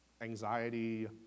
anxiety